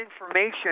information